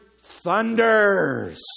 thunders